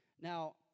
Now